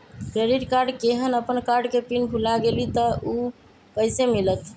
Credit card केहन अपन card के पिन भुला गेलि ह त उ कईसे मिलत?